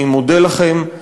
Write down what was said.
אני מודה לכם.